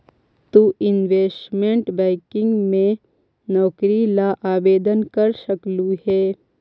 तु investment banking में नौकरी ला आवेदन कर सकलू हे